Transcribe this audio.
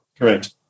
correct